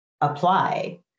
apply